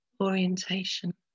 orientation